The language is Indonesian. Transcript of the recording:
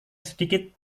sedikit